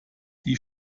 die